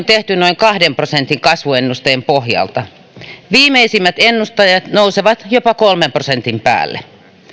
tehty noin kahden prosentin kasvuennusteen pohjalta viimeisimmät ennusteet nousevat jopa kolmen prosentin päälle